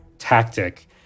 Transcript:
Tactic